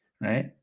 right